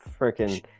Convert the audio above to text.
freaking